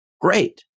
Great